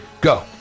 Go